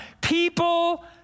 People